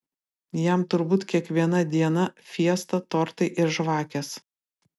jam turbūt kiekviena diena fiesta tortai ir žvakės